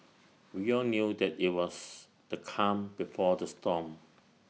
we all knew that IT was the calm before the storm